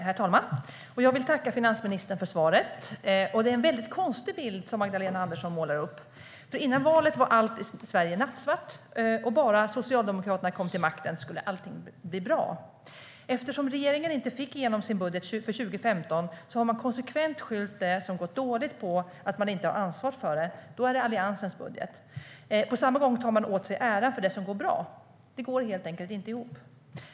Herr talman! Jag vill tacka finansministern för svaret. Det är en väldigt konstig bild Magdalena Andersson målar upp. Före valet var allt i Sverige nattsvart, och om Socialdemokraterna kom till makten skulle allting bli bra. Eftersom regeringen inte fick igenom sin budget för 2015 har man konsekvent skyllt det som gått dåligt på att man inte har ansvar för det. Då är det Alliansens budget. På samma gång tar man åt sig äran för det som går bra. Det går helt enkelt inte ihop.